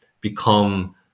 become